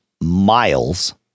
miles